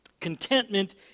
Contentment